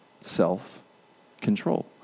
Self-control